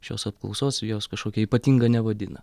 šios apklausos jos kažkokia ypatinga nevadina